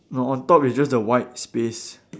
no on top is just the white space